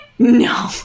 No